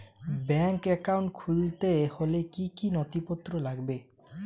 Bank account খুলতে হলে কি কি নথিপত্র লাগবে?